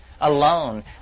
alone